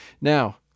Now